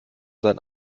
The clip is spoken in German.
sein